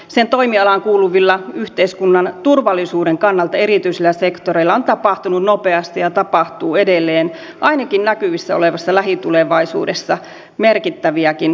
sen toimialaan kuuluvilla yhteiskunnan turvallisuuden kannalta erityisillä sektoreilla on tapahtunut nopeasti ja tapahtuu edelleen ainakin näkyvissä olevassa lähitulevaisuudessa merkittäviäkin muutoksia